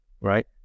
right